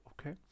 Okay